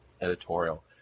editorial